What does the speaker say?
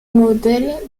modèles